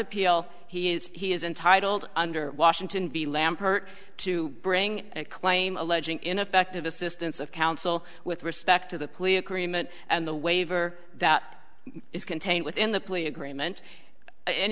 appeal he is he is entitled under washington v lampert to bring a claim alleging ineffective assistance of counsel with respect to the police agreement and the waiver that is contained within the plea agreement in